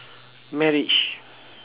marriage